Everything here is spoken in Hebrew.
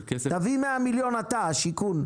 תביא 100 מיליון אתה, השיכון.